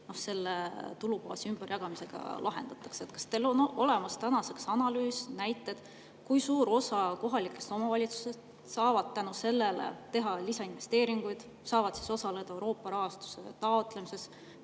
tulubaasi ümberjagamisega lahendatakse. Kas teil on tänaseks olemas analüüs ja näited, kui suur osa kohalikest omavalitsustest saab tänu sellele teha lisainvesteeringuid ja osaleda Euroopa rahastuse taotlemises?